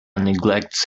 neglects